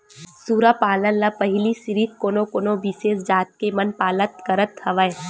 सूरा पालन ल पहिली सिरिफ कोनो कोनो बिसेस जात के मन पालत करत हवय